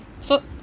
so